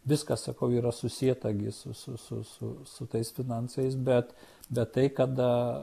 viskas sakau yra susieta su su su su tais finansais bet bet tai kada